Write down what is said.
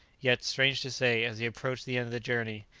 yet, strange to say, as he approached the end of the journey,